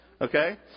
Okay